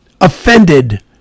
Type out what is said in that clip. offended